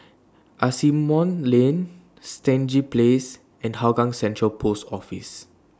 Asimont Lane Stangee Place and Hougang Central Post Office